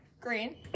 green